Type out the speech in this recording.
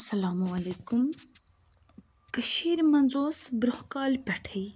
السَلامُ عَلَیکُم کٔشیرِ منٛز اوس برونٛہہ کالہِ پٮ۪ٹھٕے